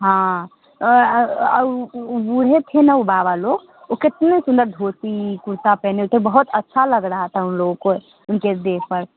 हाँ वो बूढ़े थे ना वो बाबा लोग वो कितने सुंदर धोती कुर्ता पहने हुए थे बहुत अच्छा लग रहा था उन लोगों को उनके देह पर